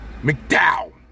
McDowell